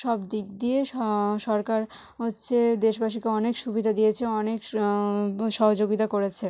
সব দিক দিয়ে সরকার হচ্ছে দেশবাসীকে অনেক সুবিধা দিয়েছে অনেক সহযোগিতা করেছে